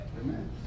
Amen